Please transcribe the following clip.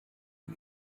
die